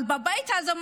אבל מה קורה בבית הזה?